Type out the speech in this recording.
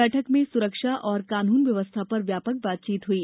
बैठक में सुरक्षा तथा कानून व्यवस्था पर व्यापक बातचीत हई